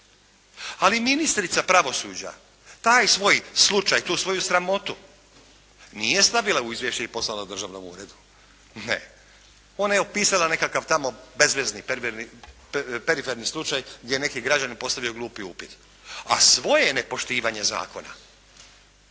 Ali ministrica pravosuđa taj svoj slučaj, tu svoju sramotu nije stavila u izvješće i poslala državnom uredu. Ne. Ona je opisala tamo nekakav bezvezni, periferni slučaj gdje je neki građanin postavio glupi upit. A svoje nepoštivanje zakona,